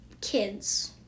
kids